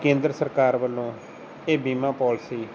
ਕੇਂਦਰ ਸਰਕਾਰ ਵੱਲੋਂ ਇਹ ਬੀਮਾ ਪੋਲਸੀ